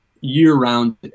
year-round